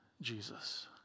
Jesus